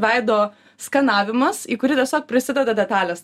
veido skanavimas į kurį tiesiog prisideda detalės